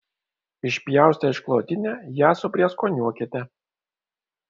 išpjaustę išklotinę ją suprieskoniuokite